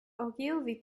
ogilvy